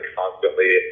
constantly